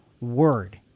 word